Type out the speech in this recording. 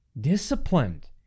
disciplined